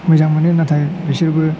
मोजां मोनो नाथाय बिसोरबो